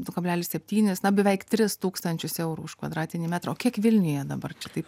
du kablelis septynis na beveik tris tūkstančius eurų už kvadratinį metrą o kiek vilniuje dabar čia taip